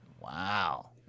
Wow